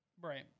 Right